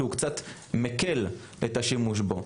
שהוא קצת מקל את השימוש בו.